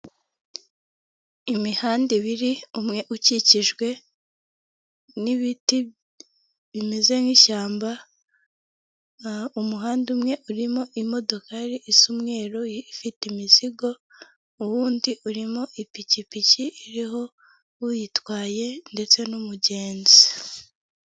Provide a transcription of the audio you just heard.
Imihanda ibiri, umwe ukikijwe n'ibiti bimeze nk'ishyamba, umuhanda umwe urimo imodokari isa umweru ifite imizigo, uwundi urimo ipikipiki iriho uyitwaye ndetse n'umugenzi.